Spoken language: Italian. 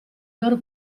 loro